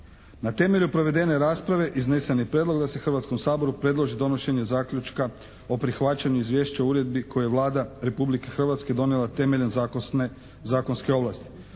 Na temelju provedene rasprave iznesen je prijedlog da se Hrvatskom saboru predloži donošenje zaključka o prihvaćanju Izvješće uredbi koje je Vlada Republike Hrvatske donijela temeljem zakonske ovlasti.